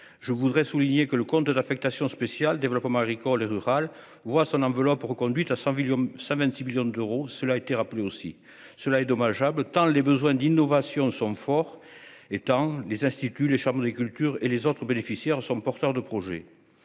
je voudrais souligner que le compte d'affectation spéciale Développement agricole et rural, voit son enveloppe reconduite à 100 millions ça 26 millions d'euros, cela été rappelée aussi cela est dommageable, tant les besoins d'innovation sont forts étant les instituts les chameaux, les cultures et les autres bénéficiaires sont porteurs de projets,